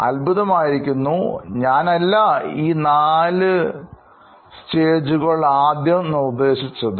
അത്ഭുതമായിരിക്കുന്നു ഞാനല്ല ഈ നാലു ആദ്യം സ്റ്റേജുകൾ ഉദ്ദേശിച്ചത്